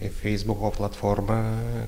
į feisbuko platformą